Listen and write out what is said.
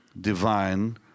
divine